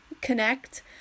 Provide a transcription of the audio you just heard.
connect